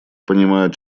понимают